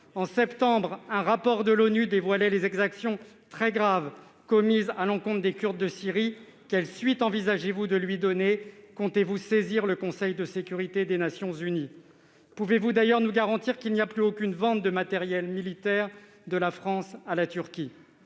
En septembre dernier, un rapport de l'ONU a dévoilé les exactions très graves commises à l'encontre des Kurdes de Syrie : quelles suites envisagez-vous d'y donner ? Comptez-vous saisir le Conseil de sécurité des Nations unies ? Pouvez-vous d'ailleurs nous garantir que la France a mis un terme à toute vente de matériel militaire à la Turquie ?